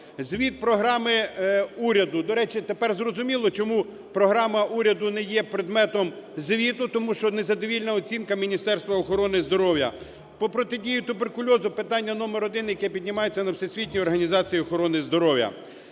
звіт програми уряд… До речі, тепер зрозуміло, чому програма уряду не є предметом звіту, тому що незадовільна оцінка Міністерства охорони здоров'я. По протидії туберкульозу питання номер один, яке піднімається на Всесвітній організації охорони здоров'я.